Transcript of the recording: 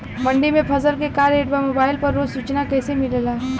मंडी में फसल के का रेट बा मोबाइल पर रोज सूचना कैसे मिलेला?